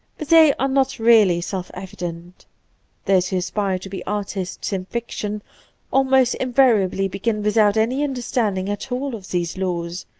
but they are not really self-evident those who aspire to be artists in fiction almost invariably begin without any understanding at all of these laws.